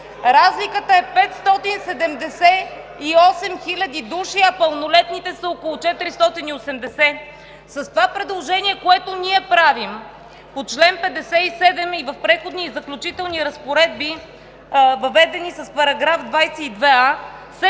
Разликата е 578 хиляди души, а пълнолетните са около 480. С това предложение, което ние правим по чл. 57 и в Преходни и заключителни разпоредби, въведени с § 22а,